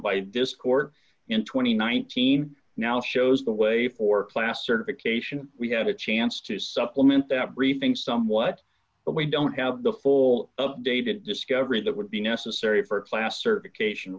by discord in two thousand and nineteen now shows the way for class certification we had a chance to supplement that briefing somewhat but we don't have the full updated discovery that would be necessary for class certification